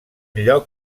lloc